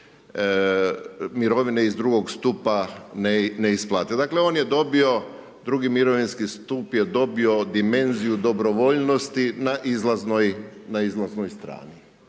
mirovine iz drugog stupa ne isplate. Dakle, on je dobio drugi mirovinski stup je dobio dimenziju dobrovoljnosti na izlaznoj, na